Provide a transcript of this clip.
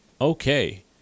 Okay